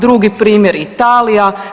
Drugi primjer Italija.